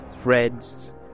threads